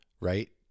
right